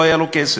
לא היה לו כסף.